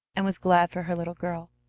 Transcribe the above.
and was glad for her little girl.